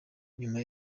nyuma